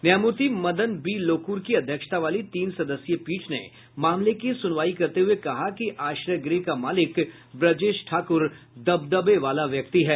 न्यायमूर्ति मदन बी लोकुर की अध्यक्षता वाली तीन सदस्यीय पीठ ने मामले की सुनवाई करते हुए कहा कि आश्रय गृह का मालिक ब्रजेश ठाकुर दबदबे वाला व्यक्ति है